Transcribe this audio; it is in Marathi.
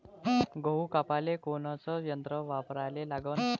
गहू कापाले कोनचं यंत्र वापराले लागन?